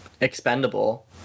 expendable